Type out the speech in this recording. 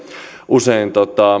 usein heidän